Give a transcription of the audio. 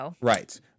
Right